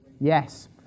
Yes